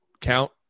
count